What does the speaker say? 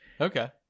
Okay